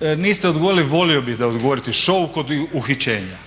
niste odgovorili, volio bih da odgovorite show kod uhićenja.